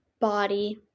body